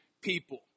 people